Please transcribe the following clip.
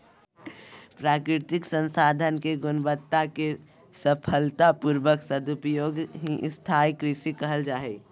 प्राकृतिक संसाधन के गुणवत्ता के सफलता पूर्वक सदुपयोग ही स्थाई कृषि कहल जा हई